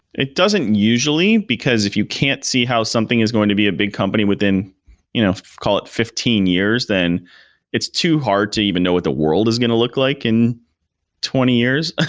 it doesn't usually, because if you can't see how something is going to be a big company within you know call it fifteen years, then it's too hard to even know what the world is going to look like in twenty years, ah